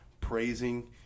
praising